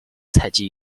采集